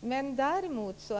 mycket högt.